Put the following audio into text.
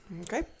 Okay